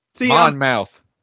Monmouth